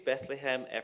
Bethlehem